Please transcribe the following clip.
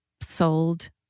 sold